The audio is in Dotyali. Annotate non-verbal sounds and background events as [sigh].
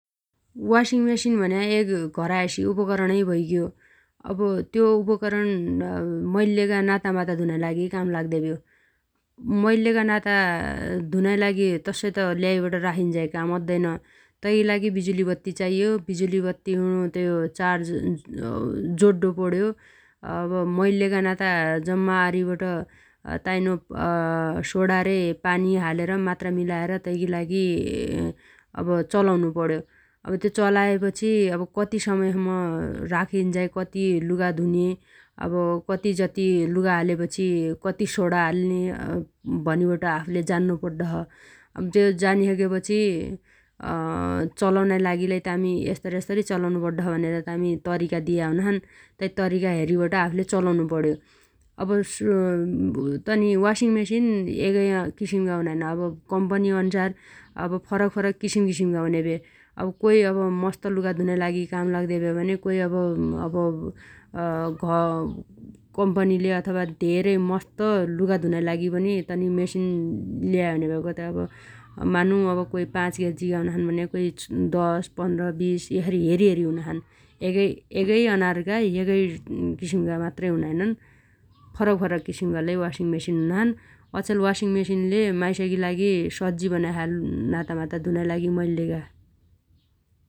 Washing machine भन्या एग घरायसी उपकरणै भैग्यो । अब त्यो उपकरण [hesitation] मैल्लेगा नातामाता धुनाइ लागि काम लाग्देभ्यो । मैल्लेगा नाता धुनाइ लागि तस्सै त ल्याइबट राखिन्झाइ काम अद्दैन । तैगी लागि विजुली बत्ती चाइयो । बिजुली बत्तीउणो त्यो चार्ज [hesitation] जोड्डोपण्यो । अब मैल्लेगा नाता जम्मा अरिबट ताइनो [hesitation] सोडा रे पानी हालेर मात्रा मिलाएर तैगी लागि [hesitation] अब चलाउनुपण्यो । अब त्यो चलाएपछि अब कति समयसम्म [hesitation] राखिन्झाइ कति लुगा धुने अब कतिजति लुगा हालेपछि कति सोडा हाल्ने [hesitation] भनिबट आफुले जान्नो पड्डोछ । त्यो जानिसगेपछि [hesitation] चलाउनाइ लागि लै तामि यस्तरी यस्तरी चलाउनु पड्डोछ भनेर तामी तरिका दिया हुनाछन् । तै तरिका हेरीबट आफुले चलाउनुपण्यो । अब [hesitation] तनि वासिङ मेसिन एगै अना किसिमगा हुनाइन । कम्पनी अन्सार अब फरकफरक किसिमकिसिमगा हुन्या भ्या । अब कोइ मस्त लुगा धुनाइ लागि काम लाग्दे भ्या भन्या कोइ अब [hesitation] कम्पनीले अथवा धेरै मस्त लुगा धुनाइ लागि पनि तनि मेसिन ल्यायाहुन्याभ्या । मानु अब कोइ पाँच केजीगा हुनाछन् भन्या कोइ दश पन्ध्र बीस यसरी हेरीहेरी हुनाछन् । एगै-एगै अनारगा एगै किसिमगा मात्रै हुनाइनन् । फरकफरक किसिमगा लै वासिङ मेसिन हुनाछन् । अछेल वासिङ मेसिनले माइसैगी लागि सज्जी बनाया छ नातामाता धुनाइ लागि मैल्लेगा ।